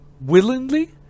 willingly